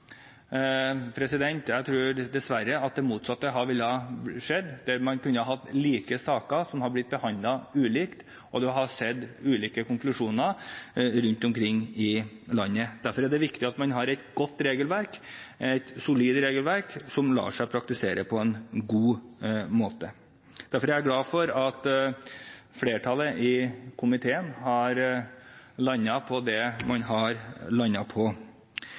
Jeg tror dessverre at det motsatte ville skjedd, at man kunne fått like saker som hadde blitt behandlet ulikt, og at man hadde sett ulike konklusjoner rundt omkring i landet. Derfor er det viktig at man har et godt regelverk, et solid regelverk, som lar seg praktisere på en god måte, og derfor er jeg glad for at flertallet i komiteen har landet på det man har landet på.